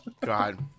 God